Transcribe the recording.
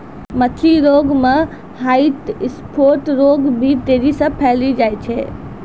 मछली रोग मे ह्वाइट स्फोट रोग भी तेजी से फैली जाय छै